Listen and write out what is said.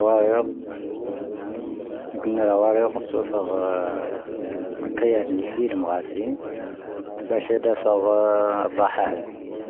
ⵏⵉⵍⴰⵡⴰⵔⵉⵢⴻⴼ, ⵏⵉⵍⴰⵡⴰⵔⵉⵢⴻⴼ, ⴰⵙⵡⵓⴼⴰⵇ ⴰⵇⵇⵉⵢⴰⴷ ⵏⵉⵍⴼⵉⵉⵍ ⵎⵓⵇⴰⵙⵉⵏ, ⴱⴰⵙⵀⴰⵉⴷⴰ ⵙⴰⵇⵔ ⵔⴰⵀⴰⵀⵉⵍ.